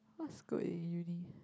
what's good in uni